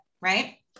right